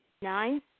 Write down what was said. Nine